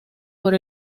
por